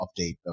update